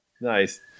nice